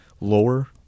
lower